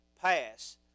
pass